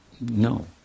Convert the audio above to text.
no